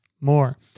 more